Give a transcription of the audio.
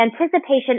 anticipation